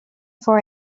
for